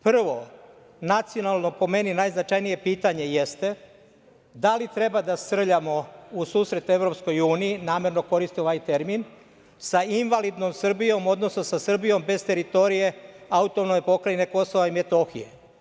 Prvo, nacionalno, po meni najznačajnije pitanje jeste – da li treba da srljamo u susret Evropskoj uniji, namerno koristim ovaj termin, sa invalidnom Srbijom, odnosno sa Srbijom bez teritorije AP Kosova i Metohije?